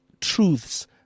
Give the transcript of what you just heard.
truths